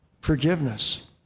forgiveness